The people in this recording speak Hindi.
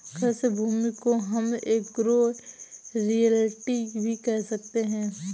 कृषि भूमि को हम एग्रो रियल्टी भी कह सकते है